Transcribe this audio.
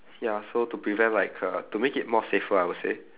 ya so to prevent like uh to make it more safer I would say